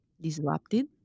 disrupted